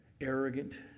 Arrogant